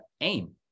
aim